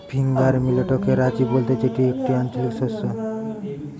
finger মিলেটকে রাজি বলতে যেটি একটি আঞ্চলিক শস্য